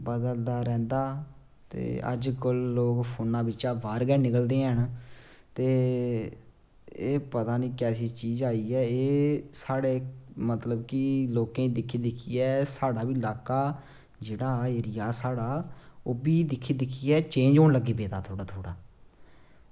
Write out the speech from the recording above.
बदलदा रैहंदा ते अज्जकल लोग फोनै बिच्चा बाहर गै निं निकलदे न ते एह् पता निं कैसी चीज़ आई ऐ एह् साढ़े मतलब की लोकें ई दिक्खी दिक्खियै साढ़ा बी लाका जेह्ड़ा एरिया साढ़ा ओह्बी दिक्खी दिक्खियै चेंज़ होन लग्गी पेदा थोह्ड़ा